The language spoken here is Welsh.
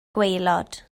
gwaelod